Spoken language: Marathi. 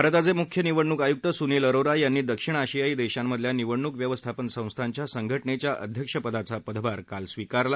भारताचे मुख्य निवडणूक आयुक्त सुनील अरोरा यांनी दक्षिण आशियाई देशांमधल्या निवडणूक व्यवस्थापन संस्थांच्या संघ निच्या अध्यक्षपदाचा पदभार काल स्वीकारला